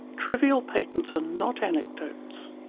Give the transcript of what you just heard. trivial patents are not anecdotes.